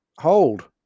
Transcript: hold